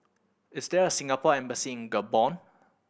is there a Singapore Embassy Gabon